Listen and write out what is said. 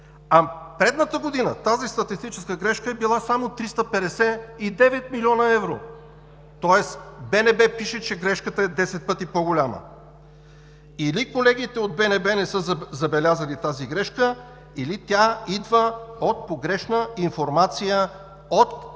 Предната година тази статистическа грешка е била само 359 млн. евро. Тоест БНБ пише, че грешката е 10 пъти по-голяма. Или колегите от БНБ не са забелязали тази грешка, или тя идва от погрешна информация от